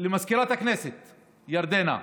למזכירת הכנסת ירדנה.